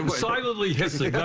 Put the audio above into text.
silently hissing,